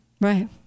Right